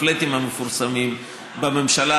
הפלאטים המפורסמים בממשלה,